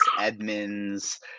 Edmonds